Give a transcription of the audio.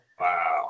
Wow